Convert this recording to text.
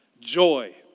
Joy